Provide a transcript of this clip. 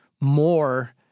more